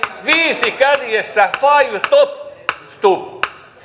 viisi kärjessä five top stubb